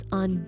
on